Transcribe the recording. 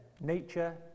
nature